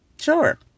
Sure